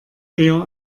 eher